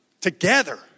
together